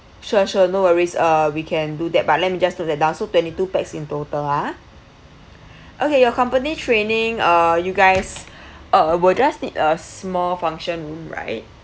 sure sure no worries uh we can do that but let me just note that down so twenty two pax in total ha okay your accompany training uh you guys uh will just need a small function room right